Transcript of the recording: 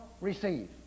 receive